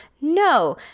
No